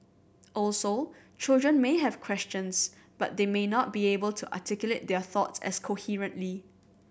also children may have questions but they may not be able to articulate their thoughts as coherently